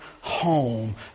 home